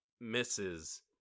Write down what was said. misses